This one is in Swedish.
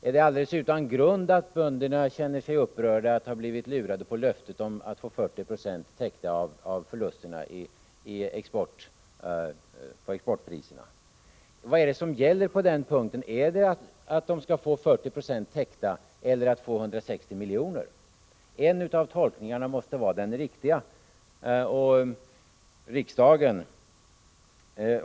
Är det alldeles utan grund att bönderna känner sig upprörda över att ha blivit lurade på löftet om att få 40 96 täckta av förlusterna på exportpriserna? Vad är det som gäller på denna punkt? Skall de få 40 96 täckta eller skall de få 160 miljoner? En av tolkningarna måste vara den riktiga.